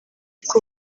kuko